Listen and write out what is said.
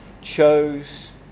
chose